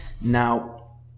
Now